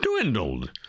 dwindled